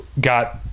got